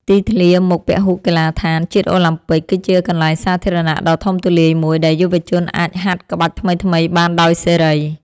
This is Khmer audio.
ទីធ្លាមុខពហុកីឡដ្ឋានជាតិអូឡាំពិក គឺជាកន្លែងសាធារណៈដ៏ធំទូលាយមួយ ដែលយុវជនអាចហាត់ក្បាច់ថ្មីៗបានដោយសេរី។